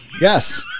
Yes